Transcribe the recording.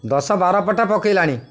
ଦଶ ବାର ପେଟା ପକେଇଲାଣି